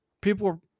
People